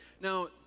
Now